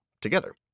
together